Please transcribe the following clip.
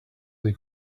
they